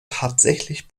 tatsächlich